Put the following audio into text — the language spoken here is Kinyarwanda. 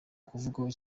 kuvugwaho